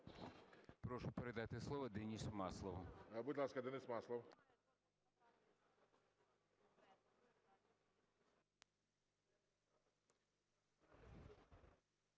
Прошу передати слово Денису Маслову. ГОЛОВУЮЧИЙ. Будь ласка, Денис Маслов.